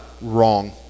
wrong